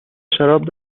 شراب